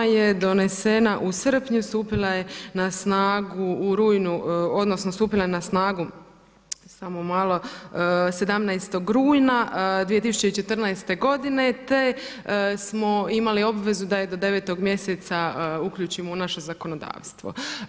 Ona je donesena u srpnju, stupila je na snagu u rujnu odnosno stupila je na snagu, samo malo, 17. rujna 2014. godine, te smo imali obvezu da je do 9 mjeseca uključimo u naše zakonodavstvo.